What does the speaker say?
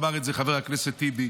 אמר את זה חבר הכנסת טיבי,